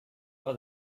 for